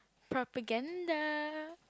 propaganda